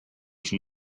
can